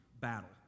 battle